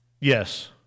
Yes